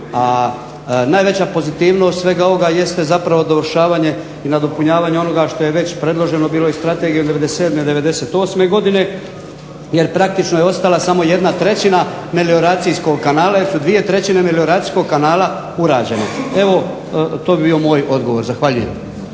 a najveća pozitivnost svega ovoga jeste zapravo dovršavanje i nadopunjavanje onoga što je već predloženo bilo iz strategije od '97., '98. godine. Jer praktično je ostala samo jedna trećina melioracijskog kanala, jer su dvije trećine melioracijskog kanala urađene. Evo to bi bio moj odgovor. Zahvaljujem.